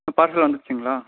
parcel வந்துடுச்சீங்களா